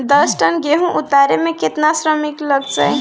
दस टन गेहूं उतारे में केतना श्रमिक लग जाई?